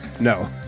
No